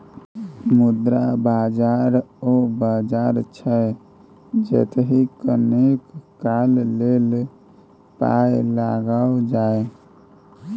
मुद्रा बाजार ओ बाजार छै जतय कनेक काल लेल पाय लगाओल जाय